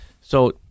So-